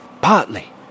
Partly